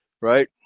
Right